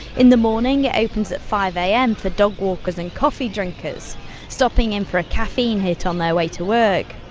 in the morning it opens at five am for dog walkers and coffee drinkers stopping in for a caffeine hit on their way to work.